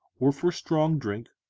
or for strong drink,